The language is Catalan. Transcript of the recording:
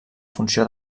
funció